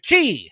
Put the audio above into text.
Key